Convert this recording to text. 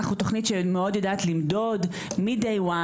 אנחנו תוכנית שמאוד יודעת למדוד מהיום